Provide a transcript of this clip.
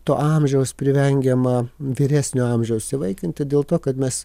to amžiaus privengiama vyresnio amžiaus įsivaikinti dėl to kad mes